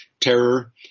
terror